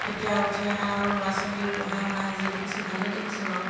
এতিয়া উঠি অহা আৰু ল'ৰা ছোৱালীৰো পঢ়া শুনা যি দেখিছোঁ ভালেই দেখিছোঁ বাৰু